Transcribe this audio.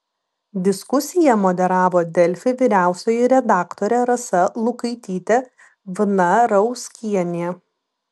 diskusiją moderavo delfi vyriausioji redaktorė rasa lukaitytė vnarauskienė